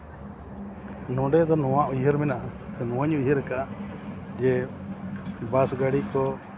ᱱᱚᱰᱮ ᱫᱚ ᱱᱚᱣᱟ ᱩᱭᱦᱟᱹᱨ ᱢᱮᱱᱟᱜᱼᱟ ᱱᱚᱣᱟᱧ ᱩᱭᱦᱟᱹᱨ ᱠᱟᱜᱼᱟ ᱡᱮ ᱵᱟᱥ ᱜᱟᱹᱰᱤ ᱠᱚ